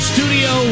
Studio